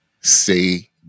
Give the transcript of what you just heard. say